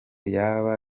yaba